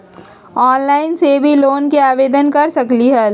Online से भी loan के आवेदन कर सकलीहल?